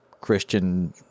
Christian